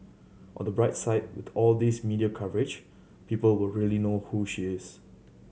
on the bright side with all these media coverage people will really know who she is